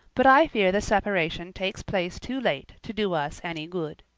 but i fear the separation takes place too late to do us any good.